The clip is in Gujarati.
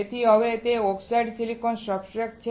તેથી હવે તે ઓક્સિડાઇઝ્ડ સિલિકોન સબસ્ટ્રેટ છે